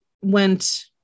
went